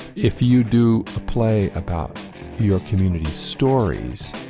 if you do a play about your community's stories,